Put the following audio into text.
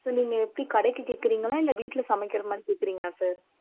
sir நீங்கள் எப்படி கடைக்கி கேட்குறீங்களா இல்லை வீட்டில் சமைக்கிற மாதிரி கேட்குறீங்களா சார்